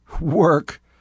Work